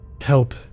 Help